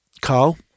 Carl